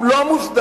והוא לא מוסדר,